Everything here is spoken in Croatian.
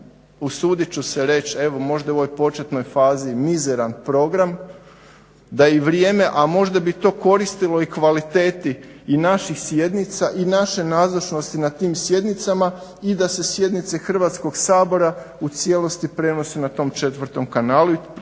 usudit ću se reći evo možda u ovoj početnoj fazi mizeran program, da i vrijeme, a možda bi to koristilo i kvaliteti i naših sjednica i naše nazočnosti na tim sjednicama i da se sjednice Hrvatskog sabora u cijelosti prenose na tom 4. kanalu i tu